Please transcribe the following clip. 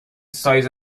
سایز